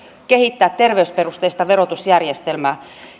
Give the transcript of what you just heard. kehittää terveysperusteista verotusjärjestelmää